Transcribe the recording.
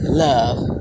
love